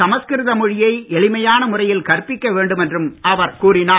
சமஸ்கிருத மொழியை எளிமையான முறையில் கற்பிக்க வேண்டும் என்றும் அவர் கூறினார்